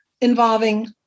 involving